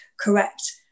correct